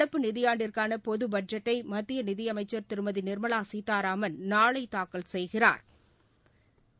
நடப்பு நிதியாண்டிற்கான பொது பட்ஜெட்டை மத்திய நிதி அமைச்சர் திருமதி நிர்மலா சீதாராமன் நாளை தாக்கல் செய்கிறாா்